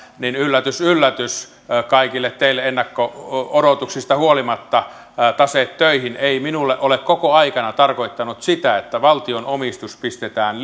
yllätys yllätys kaikille teille ennakko odotuksista huolimatta taseet töihin ei minulle ole koko aikana tarkoittanut sitä että valtion omistus pistetään